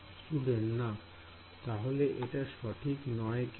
Student না তাহলে এটি সঠিক নয় কেন